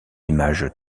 images